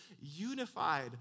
unified